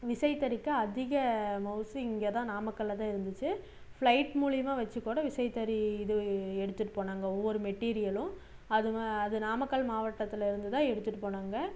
விசைத்தறிக்கு அதிக மவுசு இங்கேதான் நாமக்கல்லில்தான் இருந்துச்சு ஃப்ளைட் மூலயமா வச்சு கூட விசைத்தறி இது எடுத்துகிட்டு போனாங்க ஒவ்வொரு மெட்டீரியலும் அது வ அது நாமக்கல் மாவட்டத்தில் இருந்துதான் எடுத்துகிட்டு போனாங்க